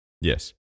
Yes